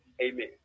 Amen